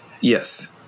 Yes